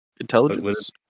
Intelligence